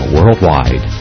Worldwide